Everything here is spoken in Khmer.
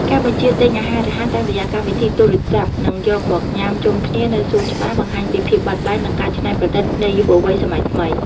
ការបញ្ជាទិញអាហាររហ័សតាមរយៈកម្មវិធីទូរស័ព្ទ និងយកមកញ៉ាំជុំគ្នានៅសួនច្បារ បង្ហាញពីភាពបត់បែន និងការច្នៃប្រឌិតនៃយុវវ័យសម័យថ្មី។